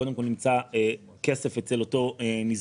קודם כול נמצא כסף אצל אותו ניזוק.